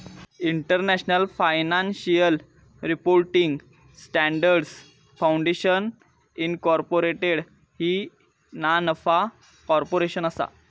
international financial reporting standards foundation incorporated ही ना नफा कॉर्पोरेशन असा